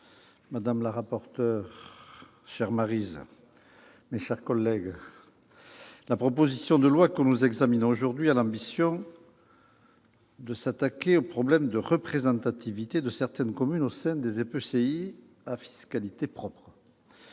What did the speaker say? madame la rapporteur, mes chers collègues, la proposition de loi que nous examinons aujourd'hui répond à l'ambition de s'attaquer au problème de la représentation de certaines communes au sein des EPCI à fiscalité propre.